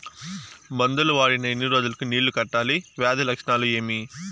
మందులు వాడిన ఎన్ని రోజులు కు నీళ్ళు కట్టాలి, వ్యాధి లక్షణాలు ఏమి?